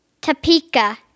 Topeka